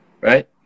right